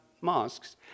mosques